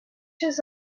his